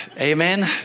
Amen